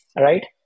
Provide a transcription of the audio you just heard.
Right